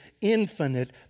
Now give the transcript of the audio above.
infinite